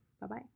Bye-bye